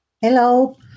Hello